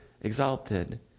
exalted